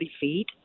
feet